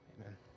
Amen